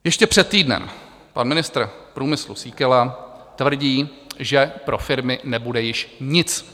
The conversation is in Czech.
Ještě před týdnem pan ministr průmyslu Síkela tvrdí, že pro firmy nebude již nic.